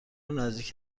نزدیک